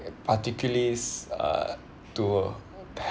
particularly it's uh to